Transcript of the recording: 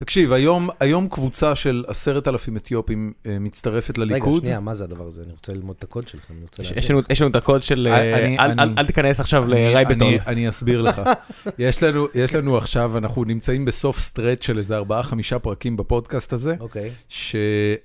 תקשיב, היום קבוצה של עשרת אלפים אתיופים מצטרפת לליכוד. רגע, שנייה, מה זה הדבר הזה? אני רוצה ללמוד את הקוד שלכם. יש לנו את הקוד של... אל תיכנס עכשיו לרייבטון. אני אסביר לך. יש לנו עכשיו, אנחנו נמצאים בסוף סטרט של איזה ארבעה, חמישה פרקים בפודקאסט הזה. אוקיי.